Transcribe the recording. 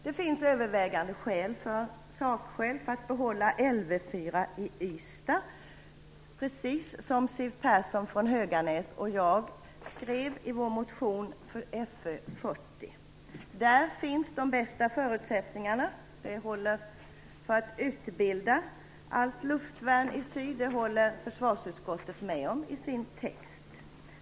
Det finns övervägande sakskäl för att behålla Lv 4 i Ystad, som Siw Persson från Höganäs och jag skrev i vår motion Fö40. Där finns de bästa förutsättningarna för att utbilda luftvärnsförband i syd, och det håller försvarsutskottet med om i sin text.